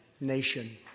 nation